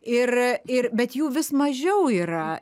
ir ir bet jų vis mažiau yra